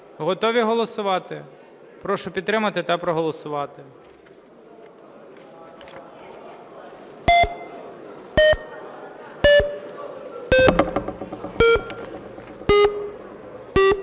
Готові голосувати? Прошу підтримати та проголосувати.